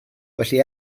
felly